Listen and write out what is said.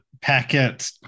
packet